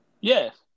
Yes